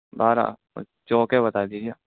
بارہ اور چوکے بتا دیجیے